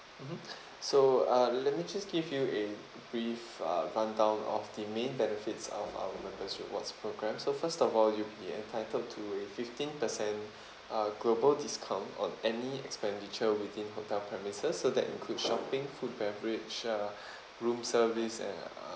mmhmm so uh let me just give you a brief uh rundown of the main benefits of our members rewards program so first of all you'll be entitled to a fifteen per cent uh global discount on any expenditure within hotel premises so that include shopping food beverage uh room service and uh